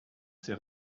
ces